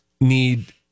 need